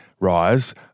rise